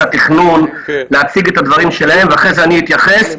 התכנון להציג את הדברים שלהם ואחרי זה אני אתייחס.